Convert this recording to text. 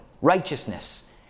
righteousness